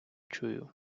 чую